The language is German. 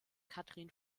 katrin